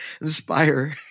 inspire